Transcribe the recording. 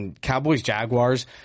Cowboys-Jaguars